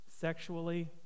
sexually